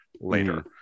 later